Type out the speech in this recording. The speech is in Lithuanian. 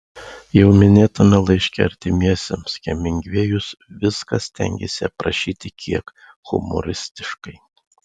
jau minėtame laiške artimiesiems hemingvėjus viską stengėsi aprašyti kiek humoristiškai